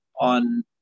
on